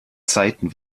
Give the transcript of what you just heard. zeiten